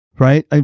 Right